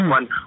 One